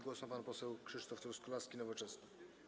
Głos ma pan poseł Krzysztof Truskolaski, Nowoczesna.